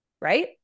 right